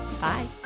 Bye